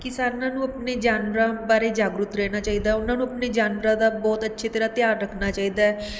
ਕਿਸਾਨਾਂ ਨੂੰ ਆਪਣੇ ਜਾਨਵਰਾਂ ਬਾਰੇ ਜਾਗਰੂਕ ਰਹਿਣਾ ਚਾਹੀਦਾ ਉਹਨਾਂ ਨੂੰ ਆਪਣੇ ਜਾਨਵਰਾਂ ਦਾ ਬਹੁਤ ਅੱਛੇ ਤਰ੍ਹਾਂ ਧਿਆਨ ਰੱਖਣਾ ਚਾਹੀਦਾ